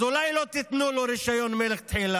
אז אולי לא תיתנו לו רישיון מלכתחילה?